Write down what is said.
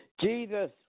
Jesus